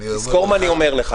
תזכור מה שאני אומר לך.